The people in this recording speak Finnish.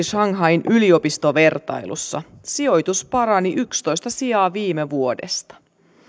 shanghain yliopistovertailussa sijoitus parani yksitoista sijaa viime vuodesta